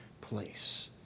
place